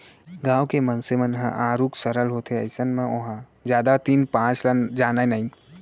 गाँव के मनसे मन ह आरुग सरल होथे अइसन म ओहा जादा तीन पाँच ल जानय नइ